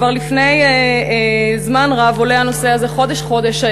כבר זמן רב עולה הנושא הזה, חודש-חודש.